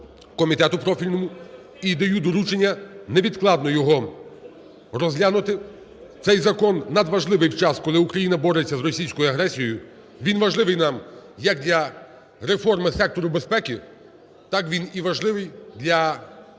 комітету профільному і даю доручення невідкладно його розглянути. Цей закон у надважливий час, коли Україна бореться з російською агресією, він важливий нам як для реформи сектору безпеки, так він і важливий для важливого